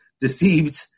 deceived